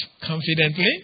confidently